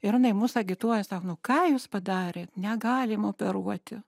ir jinai mus agituoja sako nu ką jūs padarėt negalima operuoti